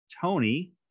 tony